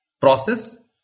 process